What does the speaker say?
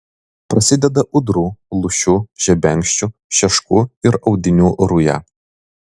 prasideda ūdrų lūšių žebenkščių šeškų ir audinių ruja